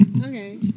Okay